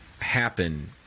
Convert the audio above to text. happen